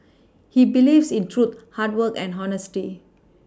he believes in truth hard work and honesty